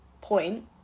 point